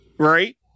Right